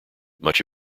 much